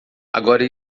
agora